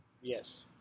Yes